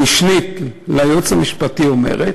המשנה ליועץ המשפטי אומרת,